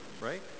right